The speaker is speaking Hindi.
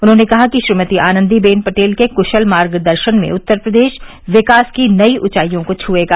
उन्होंने कहा कि श्रीमती आनन्दी बेन पटेल के कुशल मार्ग दर्शन में उत्तर प्रदेश विकास की नई ऊँचाईयों को छुएगा